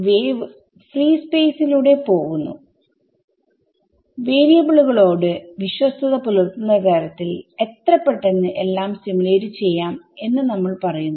wave free സ്പേസിലൂടെ പോവുന്നുവാരിയബിളുകളോട് വിശ്വസ്ഥത പുലർത്തുന്ന തരത്തിൽ എത്ര പെട്ടെന്ന് എല്ലാം സിമുലേറ്റ് ചെയ്യാം എന്ന് നമ്മൾ പറയുന്നു